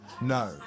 No